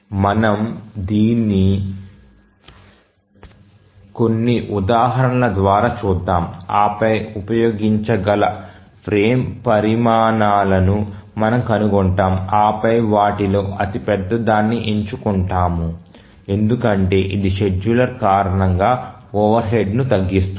మనము కొన్ని ఉదాహరణల ద్వారా చూద్దాము ఆ పై ఉపయోగించగల ఫ్రేమ్ పరిమాణాలను మనము కనుగొంటాము ఆ పై వాటిలో అతి పెద్ద దాన్ని ఎంచుకుంటాము ఎందుకంటే ఇది షెడ్యూలర్ కారణంగా ఓవర్ హెడ్ను తగ్గిస్తుంది